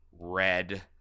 Red